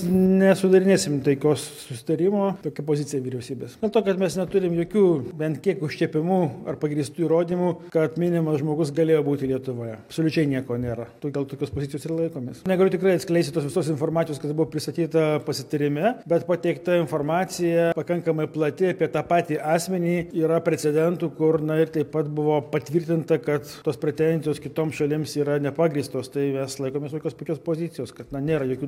nesudarinėsim taikaus susitarimo tokia pozicija vyriausybės dėl to kad mes neturim jokių bent kiek užčiuopiamų ar pagrįstų įrodymų kad minimas žmogus galėjo būti lietuvoje absoliučiai nieko nėra tai dėl tokios pozicijos ir laikomės negaliu tikrai atskleisti tos visos informacijos kas buvo pristatyta pasitarime bet pateikta informacija pakankamai plati apie tą patį asmenį yra precedentų kur na ir taip pat buvo patvirtinta kad tos pretenzijos kitoms šalims yra nepagrįstos tai mes laikomės tokios pakios pozicijos kad na nėra jokių